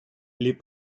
les